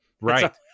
right